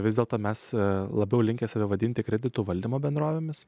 vis dėlto mes labiau linkę save vadinti kreditų valdymo bendrovėmis